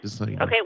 Okay